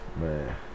Man